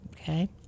okay